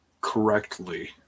correctly